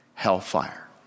Hellfire